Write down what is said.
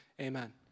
Amen